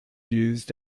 used